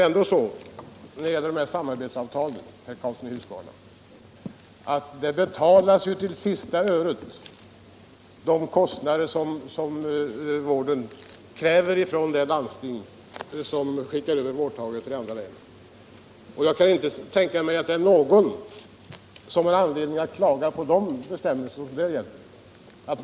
När det gäller samarbetsavtalen är det nu ändå så, herr Karlsson i Huskvarna, att kostnaderna för vården till sista öret betalas av det landsting som skickar över vårdtagare till det andra landstinget. Jag kan inte tänka mig att det är någon som har anledning att klaga på de ersättningsbestämmelser som gäller.